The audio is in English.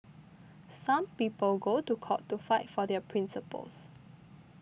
some people go to court to fight for their principles